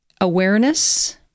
awareness